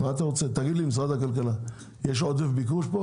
תגיד לי, משרד הכלכלה, יש עודף ביקוש?